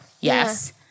Yes